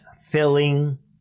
filling